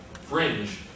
fringe